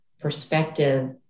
perspective